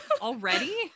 already